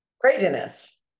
craziness